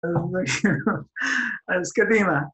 אז קדימה.